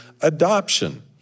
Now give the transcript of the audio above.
adoption